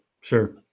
Sure